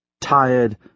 Tired